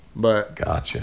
Gotcha